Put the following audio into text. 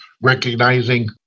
recognizing